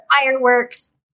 fireworks